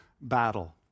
battle